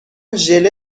ژله